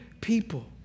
people